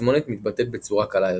התסמונת מתבטאת בצורה קלה יותר.